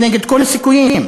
כנגד כל הסיכויים.